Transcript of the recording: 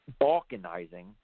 balkanizing